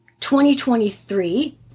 2023